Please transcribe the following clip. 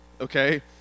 okay